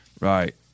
Right